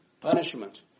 punishment